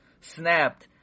snapped